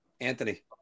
Anthony